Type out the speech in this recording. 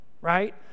right